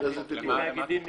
לגבי תאגידים מקומיים,